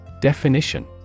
Definition